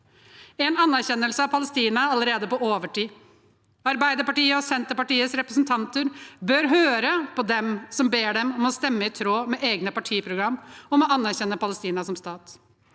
En anerkjennelse av Palestina er allerede på overtid. Arbeiderpartiets og Senterpartiets representanter bør høre på dem som ber dem stemme i tråd med egne partiprogram om å anerkjenne Palestina som stat.